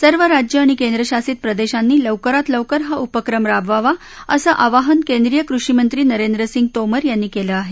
सर्व राज्यं आणि केंद्रशासित प्रदेशांनी लवकरात लवकर हा उपक्रम राबवावा असं आवाहन केंद्रीय कृषी मंत्री नरेंद्रसिंग तोमर यांनी केलं आहे